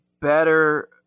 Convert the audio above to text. better